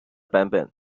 版本